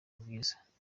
bwiza